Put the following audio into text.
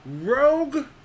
Rogue